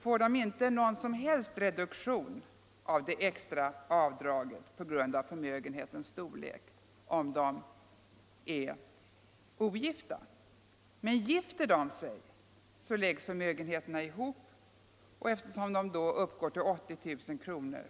får inte någon som helst reduktion av det extra avdraget på grund av förmögenhetens storlek, om de är ogifta. Men gifter de sig läggs förmögenheterna ihop, och eftersom förmögenheten då uppgår till 80 000 kr.